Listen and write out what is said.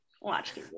Watch